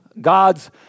God's